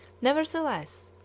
nevertheless